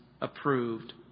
approved